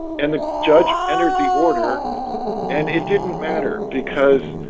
and the judge entered the order and it didn't matter because